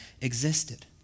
existed